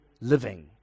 living